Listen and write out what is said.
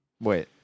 Wait